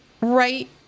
right